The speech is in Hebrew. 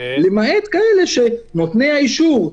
למעט אלה שנותני האישור,